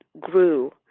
grew